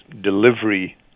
delivery